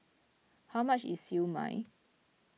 how much is Siew Mai